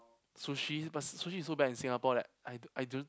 sushi but sushi is so bad in Singapore that I I don't